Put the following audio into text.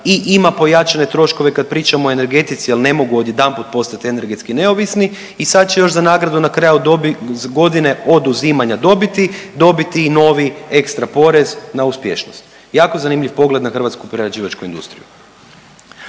i ima pojačane troškove kad pričamo o energetici jel ne mogu odjedanput postat energetski neovisni i sad će još za nagradu na kraju dobi…, godine oduzimanja dobiti dobiti i novi ekstra porez na uspješnost. Jako zanimljiv pogled na hrvatsku prerađivačku industriju.